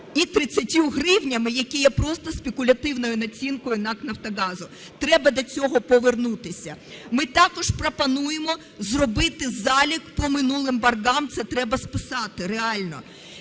і 30 гривнями, які є просто спекулятивною націнкою НАК "Нафтогазу". Треба до цього повернутися. Ми також пропонуємо зробити залік по минулим боргам, це треба списати реально.